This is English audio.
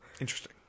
Interesting